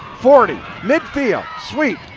forty, mid field. sweep